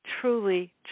truly